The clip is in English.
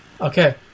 Okay